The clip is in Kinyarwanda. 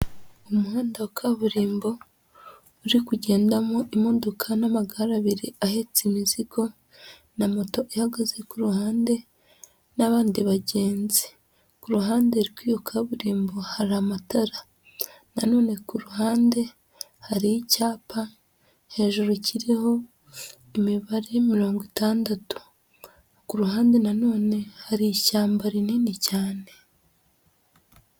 Umuhanda wa kaburimbo uri kugendamo imodoka n'amagare abiri ahetse imizigo na moto ihagaze ku ruhande n'abandi bagenzi, ku ruhande rw'iyo kaburimbo hari amatara, nanone ku ruhande hari icyapa hejuru kiriho imibare mirongo itandatu, ku ruhande nanone hari ishyamba rinini cyane.